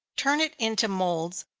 turn it into moulds,